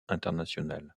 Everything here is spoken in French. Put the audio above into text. internationale